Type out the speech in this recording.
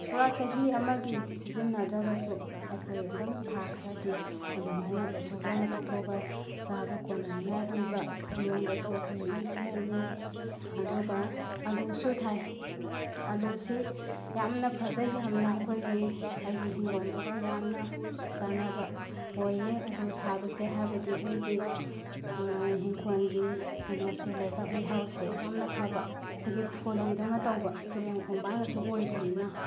ꯄꯨꯔꯥ ꯆꯍꯤ ꯑꯃꯒꯤ ꯁꯤꯖꯤꯟꯅꯗ꯭ꯔꯒꯁꯨ ꯑꯩꯈꯣꯏ ꯑꯗꯨꯝ ꯊꯥ ꯈꯔꯗꯤ ꯑꯗꯨꯃꯥꯏꯅ ꯕꯦꯁꯣꯟ ꯑꯣꯏꯅ ꯇꯛꯊꯣꯛꯑꯒ ꯆꯥꯕ ꯀꯣꯟꯅꯅꯤꯡꯉꯥꯏ ꯑꯣꯏꯕ ꯃꯑꯣꯡꯗꯁꯨ ꯑꯩꯈꯣꯏ ꯑꯗꯨꯝ ꯁꯦꯝꯃꯤ ꯑꯗꯨꯒ ꯑꯜꯂꯨꯁꯨ ꯊꯥꯏ ꯑꯜꯂꯨꯁꯤ ꯌꯥꯝꯅ ꯐꯖꯩ ꯌꯥꯝꯅ ꯑꯩꯈꯣꯏꯒꯤ ꯑꯩꯒꯤ ꯏꯪꯈꯣꯜꯗꯨꯒ ꯌꯥꯝꯅ ꯆꯥꯟꯅꯕ ꯑꯣꯏꯌꯦ ꯑꯜꯂꯨ ꯊꯥꯕꯁꯦ ꯍꯥꯏꯕꯗꯤ ꯑꯩꯒꯤ ꯏꯪꯈꯣꯜꯒꯤ ꯀꯩꯅꯣꯁꯦ ꯂꯩꯕꯥꯛ ꯂꯩꯍꯥꯎꯁꯦ ꯌꯥꯝꯅ ꯐꯕ ꯑꯩꯈꯣꯏꯒꯤ ꯐꯣꯜꯂꯤꯗꯧꯅ ꯇꯧꯕ ꯇꯨꯔꯦꯟ ꯈꯣꯡꯕꯥꯟꯒꯁꯨ ꯑꯣꯏꯕꯅꯤꯅ